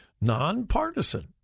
nonpartisan